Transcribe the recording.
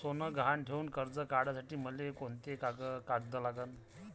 सोनं गहान ठेऊन कर्ज काढासाठी मले कोंते कागद लागन?